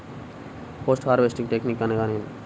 Post harvesting technique అనగా నేమి?